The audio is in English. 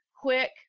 quick